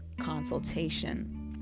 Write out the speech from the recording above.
consultation